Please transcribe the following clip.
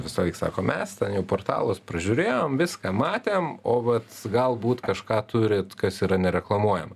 visąlaik sako mes ten jau portalus pražiūrėjom viską matėm o vat galbūt kažką turit kas yra nereklamuojama